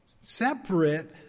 separate